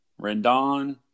Rendon